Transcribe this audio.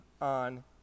on